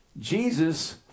Jesus